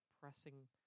pressing